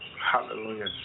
Hallelujah